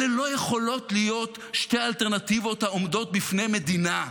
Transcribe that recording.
אלה לא יכולות להיות שתי אלטרנטיבות העומדות לפני מדינה.